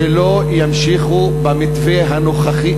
שימשיכו במתווה הנוכחי,